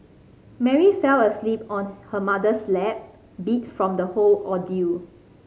Mary fell asleep on her mother's lap beat from the whole ordeal